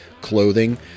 clothing